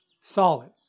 solid